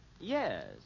Yes